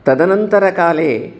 तदनन्तरकाले